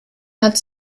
hat